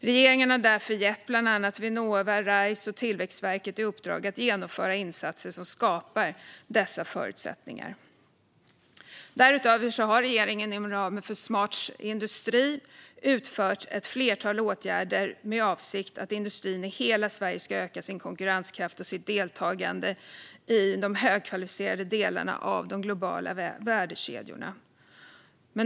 Regeringen har därför gett bland annat Vinnova, Rise och Tillväxtverket i uppdrag att genomföra insatser som skapar dessa förutsättningar. Därutöver har regeringen inom ramen för Smart industri utfört ett flertal åtgärder med avsikten att industrin i hela Sverige ska öka sin konkurrenskraft och sitt deltagande i de högkvalificerade delarna av de globala värdekedjorna.